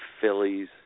Phillies